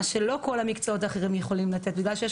מה שלא כל המקצועות האחרים יכולים לתת בגלל שיש